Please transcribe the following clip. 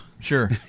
Sure